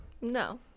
no